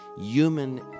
human